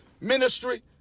Ministry